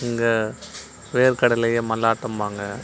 இங்கே வேர்க்கடலையை மல்லாட்டம்பாங்க